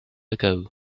ago